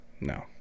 No